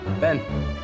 Ben